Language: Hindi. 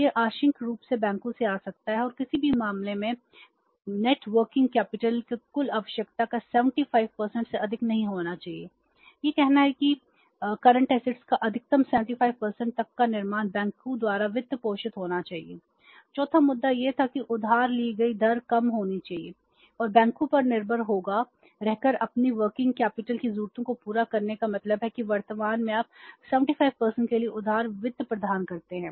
यह आंशिक रूप से बैंकों से आ सकता है और किसी भी मामले में कुल वर्किंग कैपिटल की जरूरतों को पूरा करने का मतलब है कि वर्तमान में आप 75 के लिए उदार वित्त प्रदान करते हैं